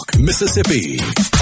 Mississippi